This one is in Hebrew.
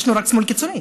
יש רק שמאל קיצוני.